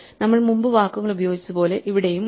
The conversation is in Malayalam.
നമ്മൾ മുമ്പ് വാക്കുകൾ ഉപയോഗിച്ചതുപോലെ ഇവിടെയും ഉണ്ട്